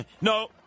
No